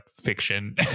fiction